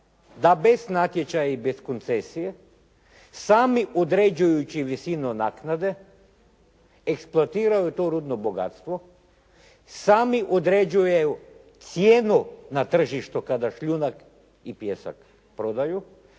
da bez natječaja i bez koncesije sami određujući visinu naknade eksploatiraju to rudno bogatstvo, sami određuju cijenu na tržištu kada šljunak i pijesak prodaju